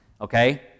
Okay